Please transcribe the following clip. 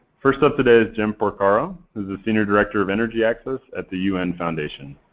first up today is jem porcaro, who's the senior director of energy access at the u n. foundation.